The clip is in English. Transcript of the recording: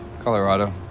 Colorado